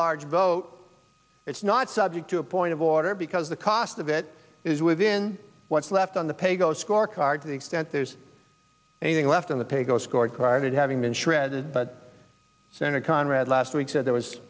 large vote it's not subject to a point of order because the cost of it is within what's left on the paygo scorecard to the extent there's anything left on the pecos scorecard having been shredded but senator conrad last week said there was